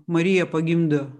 marija pagimdo